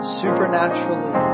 supernaturally